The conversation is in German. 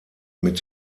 mit